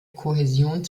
kohäsion